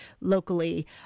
locally